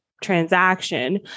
transaction